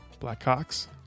Blackhawks